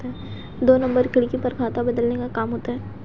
दो नंबर खिड़की पर खाता बदलने का काम होता है